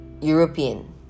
European